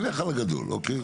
נלך על הגדול, אוקיי?